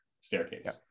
staircase